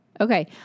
Okay